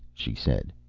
she said,